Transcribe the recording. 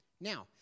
Now